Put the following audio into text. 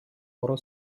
oro